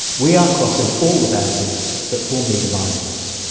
we are crossing all the boundaries that formerly divided us.